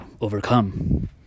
overcome